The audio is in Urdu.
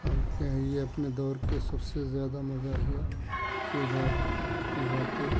کام کیے ہیں یہ اپنے دور کے سب سے زیادہ مزاحیہ کردار نبھاتے